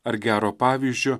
ar gero pavyzdžio